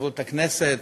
וחברות הכנסת,